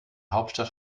hauptstadt